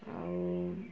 ଆଉ